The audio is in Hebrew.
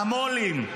"המו"לים".